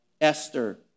Esther